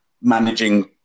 managing